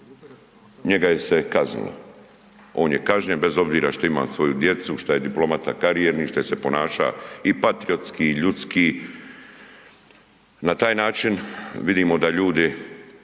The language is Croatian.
njega je se kaznilo. On je kažnjen bez obzira što ima svoju djecu, šta je diplomata karijerni, šta je se ponaša i patriotski i ljudski. Na taj način vidimo da ljudi